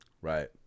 Right